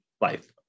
Life